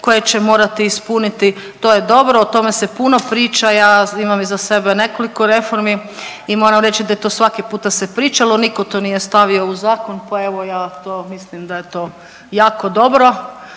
koje će morati ispuniti, to je dobro, o tome se puno priča, ja imam iza sebe nekoliko reformi i moram reći da je to svaki puta se pričalo. Nitko to nije stavio u zakon pa evo, ja to mislim da je to jako dobro